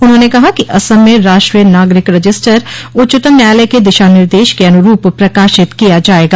उन्होंने कहा कि असम में राष्ट्रीय नागरिक रजिस्टर उच्चतम न्यायालय के दिशा निर्देश के अनुरूप प्रकाशित किया जायेगा